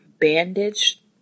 bandage